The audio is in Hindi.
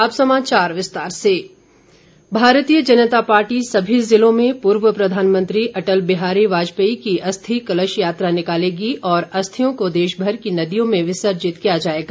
अस्थि कलश भारतीय जनता पार्टी सभी जिलों में पूर्व प्रधानमंत्री अटल बिहारी वाजपेयी की अस्थि कलश यात्रा निकालेगी और अस्थियों को देश भर की नदियों में विसर्जित किया जाएगा